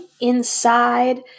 inside